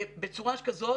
בצורה כזאת